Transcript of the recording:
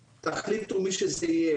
תחליטו מי שזה יהיה.